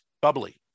bubbly